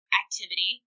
activity